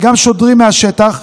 וגם שוטרים בשטח: